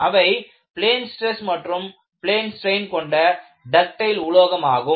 அவை plane stress மற்றும் plane strain கொண்ட டக்டைல் உலோகமாகும்